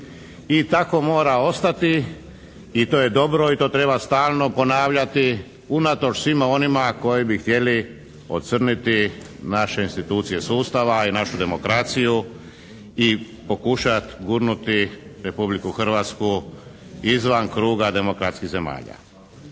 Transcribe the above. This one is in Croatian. I tako mora ostati i to je dobro i to treba stalno ponavljati unatoč svima onima koji bi htjeli ocrniti naše institucije sustava i našu demokraciju i pokušati gurnuti Republiku Hrvatsku izvan kruga demokratskih zemalja.